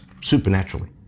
supernaturally